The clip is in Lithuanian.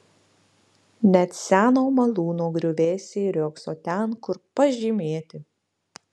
net seno malūno griuvėsiai riogso ten kur pažymėti